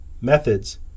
methods